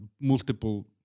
multiple